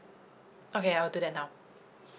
okay I'll do that now